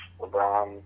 LeBron